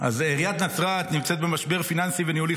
עיריית נצרת נמצאת במשבר פיננסי וניהולי